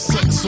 Sex